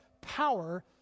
power